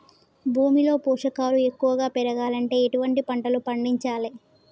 భూమిలో పోషకాలు ఎక్కువగా పెరగాలంటే ఎటువంటి పంటలు పండించాలే?